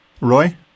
Roy